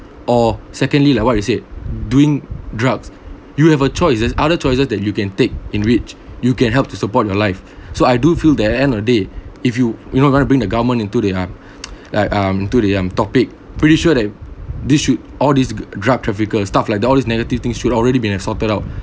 or secondly like what you said doing drugs you have a choice there's other choices that you can take in which you can help to support your life so I do feel that at the end of the day if you you know going to bring the government into the uh like um to the um topic pretty sure that these should all these drug trafficker stuff like that all this negative things should already been sorted out